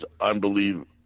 unbelievable